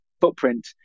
footprint